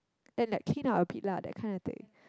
then like clean up a bit lah that kind of thing